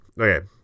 Okay